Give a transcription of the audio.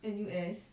N_U_S